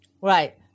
Right